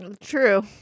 True